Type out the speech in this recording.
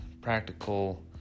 practical